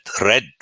red